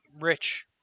rich